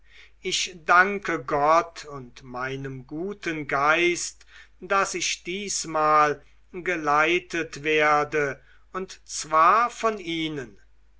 ich danke gott und meinem guten geist daß ich diesmal geleitet werde und zwar von ihnen